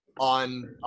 On